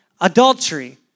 adultery